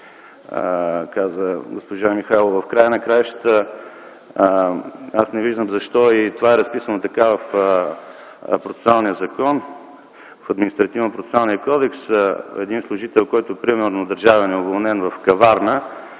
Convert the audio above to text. каза госпожа Михайлова. В края на краищата аз не виждам защо това е разписано така в процесуалния закон, в Административнопроцесуалния кодекс – един държавен служител, който, примерно, е уволнен в Каварна,